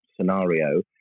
scenario